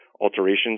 alterations